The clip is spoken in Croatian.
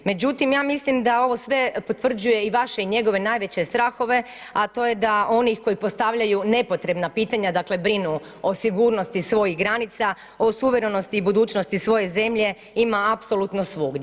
Međutim, ja mislim da ovo sve potvrđuje i vaše i njegove najveće strahove a to je da oni koji postavljaju nepotrebna pitanja, dakle, brinu o sigurnosti svojih granica, o suvremenosti i budućnosti svoje zemlje, ima apsolutno svugdje.